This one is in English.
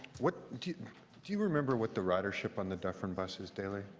what do do you remember what the ridership on the dufrin bus is daily?